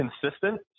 consistent